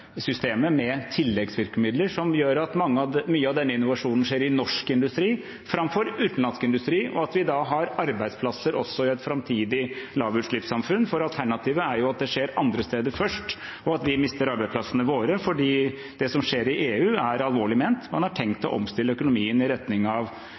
med tilleggsvirkemidler som gjør at mye av denne innovasjonen skjer i norsk industri framfor utenlandsk industri, og at vi da har arbeidsplasser også i et framtidig lavutslippssamfunn. Alternativet er jo at det skjer andre steder først, og at vi mister arbeidsplassene våre, for det som skjer i EU, er alvorlig ment: Man har tenkt å omstille økonomien i retning av